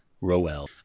Rowell